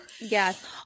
Yes